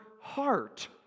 heart